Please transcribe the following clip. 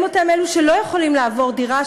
הם אותם אלה שלא יכולים לעבור דירה,